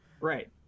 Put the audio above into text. Right